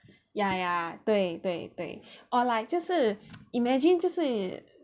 ya ya 对对对 or like 就是 imagine 就是